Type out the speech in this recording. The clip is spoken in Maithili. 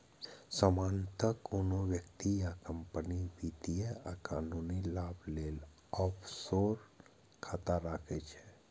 सामान्यतः कोनो व्यक्ति या कंपनी वित्तीय आ कानूनी लाभ लेल ऑफसोर खाता राखै छै